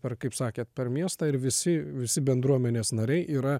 per kaip sakėt per miestą ir visi visi bendruomenės nariai yra